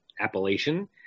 appellation